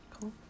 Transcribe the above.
Cool